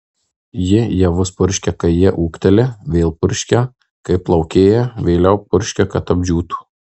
ji javus purškia kai jie ūgteli vėl purškia kai plaukėja vėliau purškia kad apdžiūtų